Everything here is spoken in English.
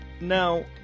Now